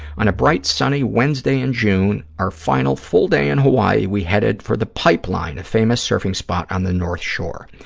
on a bright, sunny wednesday in june, our final full day in hawaii, we headed for the pipeline, a famous surfing spot on the north shore.